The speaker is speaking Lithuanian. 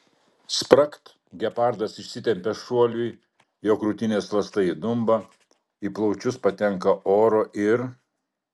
spragt gepardas išsitempia šuoliui jo krūtinės ląsta įdumba į plaučius patenka oro ir